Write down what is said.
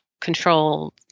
control